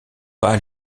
pas